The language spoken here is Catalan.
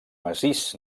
massís